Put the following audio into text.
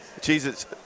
Jesus